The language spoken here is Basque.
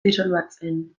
disolbatzen